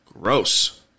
Gross